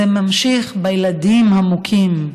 וזה ממשיך בילדים המוכים,